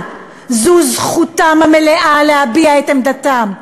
אבל זו זכותם המלאה להביע את עמדתם.